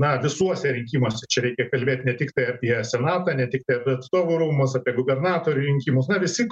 na visuose rinkimuose čia reikia kalbėt ne tiktai apie senatą ne tiktai apie atstovų rūmus apie gubernatorių rinkimus na visi